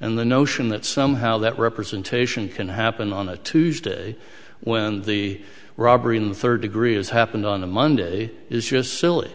and the notion that somehow that representation can happen on a tuesday when the robbery in the third degree as happened on a monday is just silly